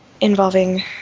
involving